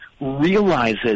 realizes